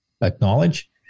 acknowledge